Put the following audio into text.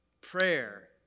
prayer